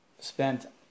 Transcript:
spent